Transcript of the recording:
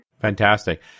Fantastic